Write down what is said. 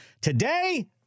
Today